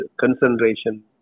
concentration